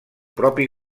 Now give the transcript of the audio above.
propi